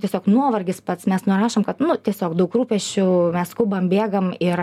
tiesiog nuovargis pats mes nurašom kad nu tiesiog daug rūpesčių mes skubam bėgam ir